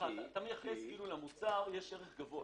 כאילו יש לו ערך גבוה.